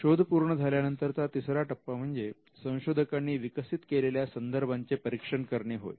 शोध पूर्ण झाल्यानंतरचा तिसरा टप्पा म्हणजे संशोधकांनी विकसित केलेल्या संदर्भांचे परीक्षण करणे होय